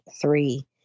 three